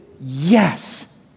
yes